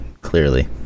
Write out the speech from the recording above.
clearly